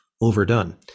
overdone